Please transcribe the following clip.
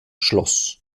schloss